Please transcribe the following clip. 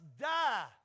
die